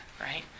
right